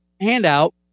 handout